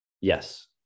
yes